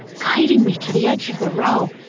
guiding me to the edge of the row,